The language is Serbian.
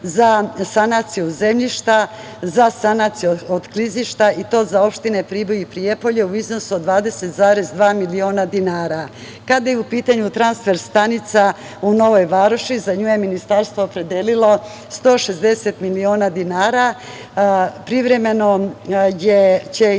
za sanaciju zemljišta, za sanaciju od klizišta i to za opštine Priboj i Prijepolje, iznosu od 20,2 miliona dinara. Kada je u pitanju transfer stanica, u Novoj Varoši, za nju je Ministarstvo opredelilo 160 miliona dinara, a privremeno će i